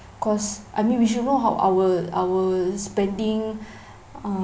cause I mean we should know how our our spending uh